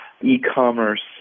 e-commerce